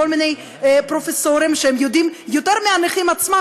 מיני פרופסורים שיודעים יותר מהנכים עצמם,